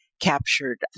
captured